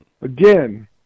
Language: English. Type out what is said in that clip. Again